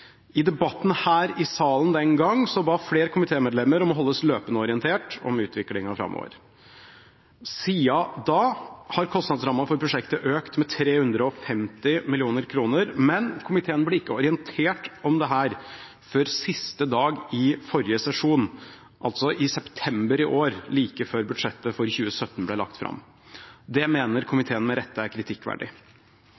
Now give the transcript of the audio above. I debatten her i salen den gang ba flere komitémedlemmer om å holdes løpende orientert om utviklingen framover. Siden da har kostnadsrammen for prosjektet økt med 350 mill. kr, men komiteen ble ikke orientert om dette før siste dag i forrige sesjon, altså i september i år, like før budsjettet for 2017 ble lagt fram. Det mener